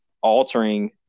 altering